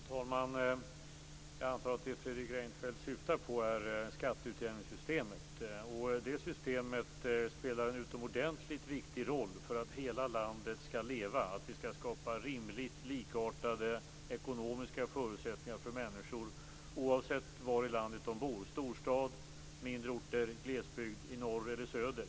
Fru talman! Jag antar att det är skatteutjämningssystemet Fredrik Reinfeldt syftar på. Det systemet spelar en utomordentligt viktig roll för att hela landet skall leva och för att vi skall kunna skapa rimligt likartade ekonomiska förutsättningar för människor oavsett var i landet de bor, i storstad, på mindre orter, i glesbygd, i norr eller söder.